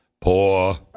Poor